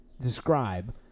describe